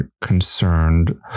concerned